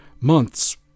Months